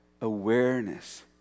awareness